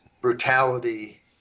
brutality